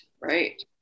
Right